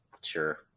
Sure